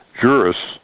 jurists